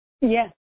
Yes